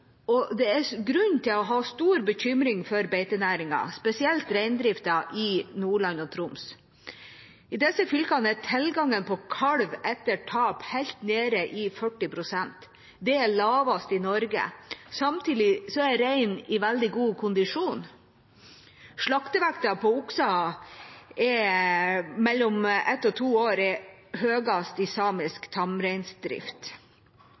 og det er grunn til å ha stor bekymring for beitenæringen, spesielt reindriften, i Nordland og Troms. I disse fylkene er tilgangen på kalv etter tap helt nede i 40 pst. Det er lavest i Norge. Samtidig er reinen i veldig god kondisjon. Slaktevekten på okser på mellom ett og to år er høyest i